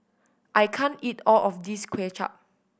I can't eat all of this Kuay Chap